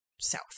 south